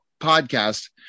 podcast